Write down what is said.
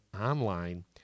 online